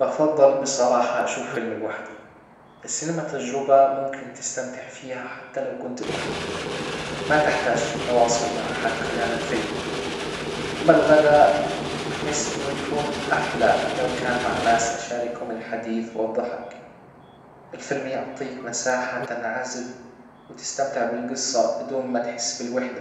بفضل بصراحة اشوف فيلم لوحدي السينما تجربة ممكن تستمتع فيها حتى لو كنت لوحدك ما تحتاج تواصل مع احد خلال الفيلم اما الغداء أحس انه يكون احلى لو كان مع ناس اشاركهم الحديث والضحك الفيلم يعطيك مساحة تنعزل وتستمتع بالقصة بدون ما تحس بالوحدة